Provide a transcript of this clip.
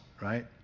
right